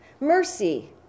mercy